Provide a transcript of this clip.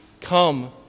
come